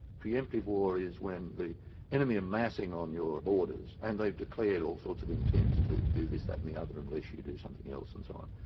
pre-emptive war is when the enemy amassing on your borders, and they've declared all sorts of intents to do this, that and the other unless you do something else and so on.